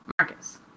Marcus